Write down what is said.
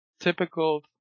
typical